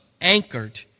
anchored